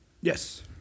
Yes